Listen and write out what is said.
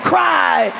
Cry